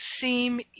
seem